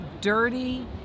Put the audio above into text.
dirty